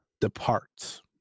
departs